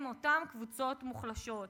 הם אותן קבוצות מוחלשות.